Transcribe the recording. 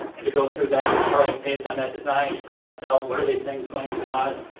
and to go through then, alright, based on that design to cost out, what are these things going to cost,